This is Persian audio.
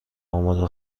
آماده